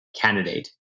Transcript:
candidate